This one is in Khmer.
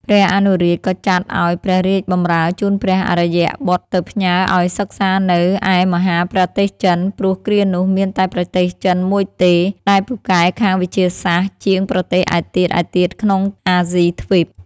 ព្រះអនុរាជ ក៏ចាត់ឲ្យព្រះរាជបម្រើជូនព្រះអយ្យបុត្រទៅផ្ញើឲ្យសិក្សានៅឯមហាប្រទេសចិន ព្រោះគ្រានោះមានតែប្រទេសចិនមួយទេ ដែលពូកែខាងវិទ្យាសាស្ត្រជាងប្រទេសឯទៀតៗ ក្នុងអាស៊ីទ្វីប ។